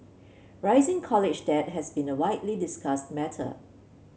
rising college debt has been a widely discussed matter